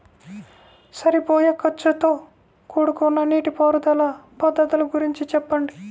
సరిపోయే ఖర్చుతో కూడుకున్న నీటిపారుదల పద్ధతుల గురించి చెప్పండి?